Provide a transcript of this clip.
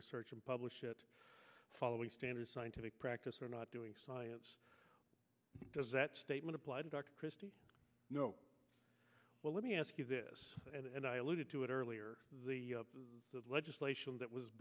research and publish it following standard scientific practice are not doing science does that statement apply dr christie well let me ask you this and i alluded to it earlier the legislation that was